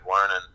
learning